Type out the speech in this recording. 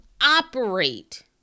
operate